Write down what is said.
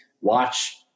watch